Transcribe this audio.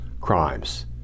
crimes